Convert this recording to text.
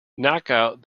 knockout